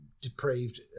depraved